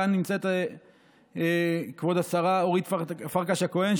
כאן נמצאת כבוד השרה אורית פרקש הכהן,